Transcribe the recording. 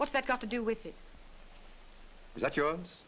what's that got to do with it is that your